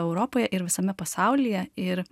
europoje ir visame pasaulyje ir